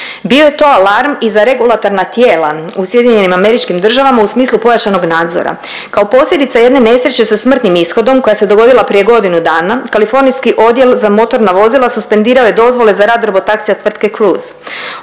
bio je to alarm i za regulatorna tijela u SAD-u u smislu pojačanog nadzora. Kao posljedica jedne nesreće sa smrtnim ishodom koja se dogodila prije godinu dana kalifornijski odjel za motorna vozila suspendirao je dozvole za rad drvotaksija od tvrtke Cluse.